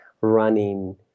running